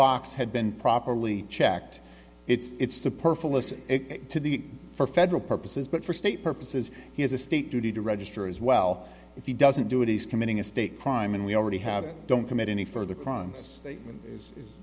box had been properly checked it's the perfect listen to the for federal purposes but for state purposes he has a state duty to register as well if he doesn't do it he's committing a state crime and we already have it don't commit any further crimes statement is